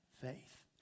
faith